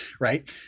Right